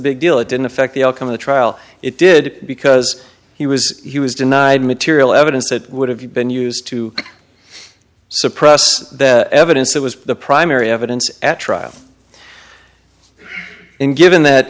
big deal it didn't affect the outcome of the trial it did because he was he was denied material evidence that would have been used to suppress the evidence that was the primary evidence at trial and given that